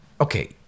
okay